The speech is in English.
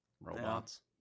Robots